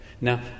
Now